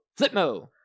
Flipmo